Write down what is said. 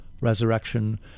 resurrection